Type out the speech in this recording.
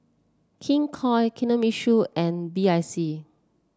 King Koil Kinohimitsu and B I C